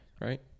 Right